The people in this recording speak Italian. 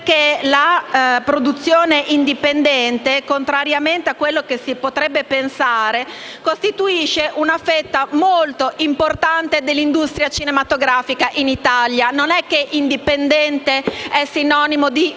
perché la produzione indipendente, contrariamente a quello che si potrebbe pensare, costituisce una fetta molto importante dell’industria cinematografica in Italia. «Indipendente» non è sinonimo di «minore»: